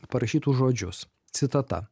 parašytus žodžius citata